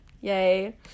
yay